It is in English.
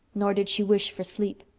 nor did she wish for sleep.